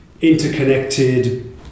interconnected